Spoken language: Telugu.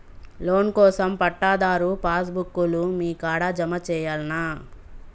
లోన్ కోసం పట్టాదారు పాస్ బుక్కు లు మీ కాడా జమ చేయల్నా?